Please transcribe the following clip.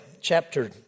chapter